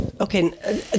okay